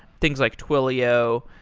things like twilio.